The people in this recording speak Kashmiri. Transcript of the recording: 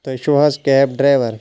تُہۍ چھوٗ حظ کیب ڈریور